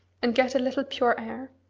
and get a little pure air.